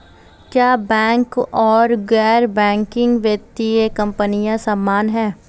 क्या बैंक और गैर बैंकिंग वित्तीय कंपनियां समान हैं?